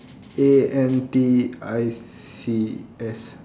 A N T I C S